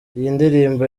iyindirimbo